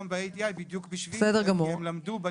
ה-ADI אסיסטנט דוגס אינטרנשיונל זו התאגדות